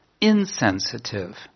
insensitive